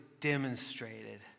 Demonstrated